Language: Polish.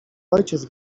ojciec